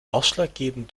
ausschlaggebend